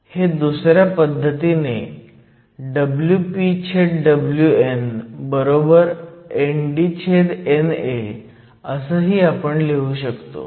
हे दुसऱ्या पद्धतीने WpWnNDNA असं लिहू शकतो